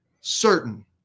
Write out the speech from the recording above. certain